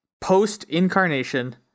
post-incarnation